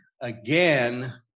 again